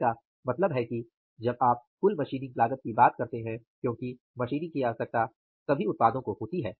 इसका मतलब है कि जब आप कुल मशीनिंग लागत की बात करते हैं क्योंकि मशीनिंग की आवश्यकता सभी उत्पादों को होती है